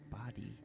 body